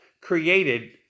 created